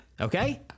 Okay